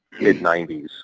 mid-90s